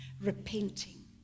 repenting